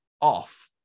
off